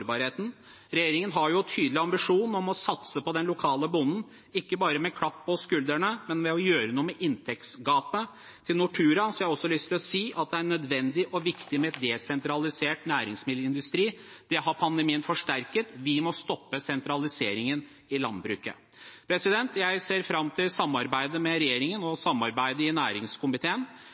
Regjeringen har en tydelig ambisjon om å satse på den lokale bonden, ikke bare med klapp på skulderen, men ved å gjøre noe med inntektsgapet. Til Nortura har jeg også lyst til å si at det er nødvendig og viktig med en desentralisert næringsmiddelindustri. Det behovet har pandemien forsterket. Vi må stoppe sentraliseringen i landbruket. Jeg ser fram til samarbeidet med regjeringen og samarbeidet i næringskomiteen.